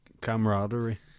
camaraderie